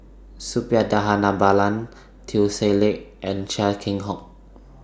Suppiah Dhanabalan Teo Ser Luck and Chia Keng Hock